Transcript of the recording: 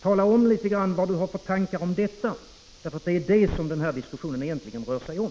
Tala om litet grand vad ni har för tankar om detta, Gudrun Norberg, för det är vad den här diskussionen egentligen rör sig om.